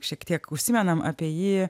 šiek tiek užsimenam apie jį